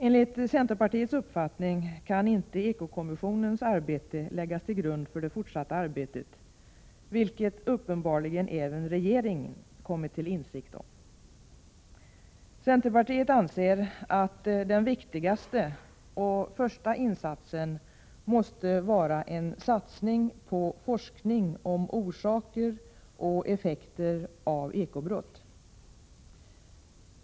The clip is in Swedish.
Enligt centerpartiets uppfattning kan eko-kommissionens arbete inte läggas till grund för det fortsatta arbetet, vilket uppenbarligen även regeringen kommit till insikt om. Centerpartiet anser att den viktigaste och första insatsen måste vara en satsning på forskning om orsaker till och effekter av eko-brott.